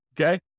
Okay